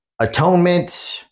atonement